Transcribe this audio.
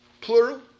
plural